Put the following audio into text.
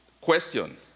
Question